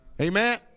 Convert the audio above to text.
Amen